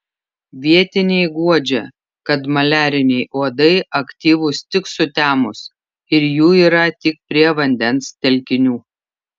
vietiniai guodžia kad maliariniai uodai aktyvūs tik sutemus ir jų yra tik prie vandens telkinių